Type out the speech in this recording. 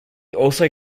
also